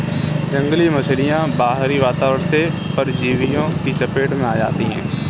जंगली मछलियाँ बाहरी वातावरण से परजीवियों की चपेट में आ जाती हैं